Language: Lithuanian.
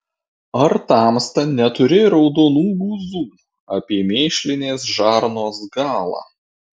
ar tamsta neturi raudonų guzų apie mėšlinės žarnos galą